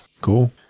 Cool